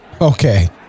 Okay